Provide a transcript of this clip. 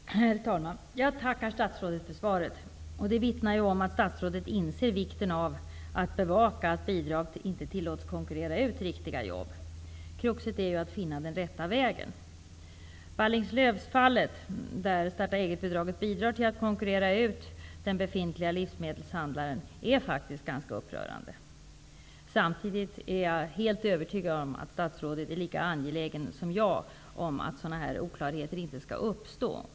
Herr talman! Jag tackar statsrådet för svaret. Det vittnar om att statsrådet inser vikten av att bevaka att bidrag inte tillåts konkurrera ut riktiga jobb. Kruxet är att finna den rätta vägen. Ballingslövsfallet, där starta-eget-bidraget bidrar till att konkurrera ut den befintliga livsmedelshandlaren, är faktiskt ganska upprörande. Samtidigt är jag helt övertygad om att statsrådet är lika angelägen som jag om att sådana här oklarheter inte skall uppstå.